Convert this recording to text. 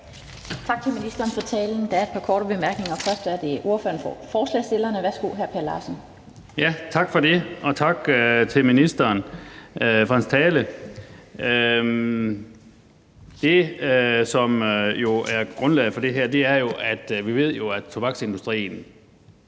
talen til ministeren. Der er et par korte bemærkninger. Først er det ordføreren for forslagsstillerne. Værsgo, hr. Per Larsen. Kl. 16:34 Per Larsen (KF): Tak for det, og tak til ministeren for talen. Det, som jo er grundlaget for det her, er, at vi ved, at tobaksindustrien